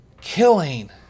killing